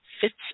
Fits